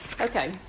Okay